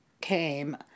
came